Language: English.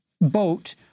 boat